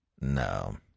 No